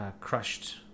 crushed